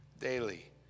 daily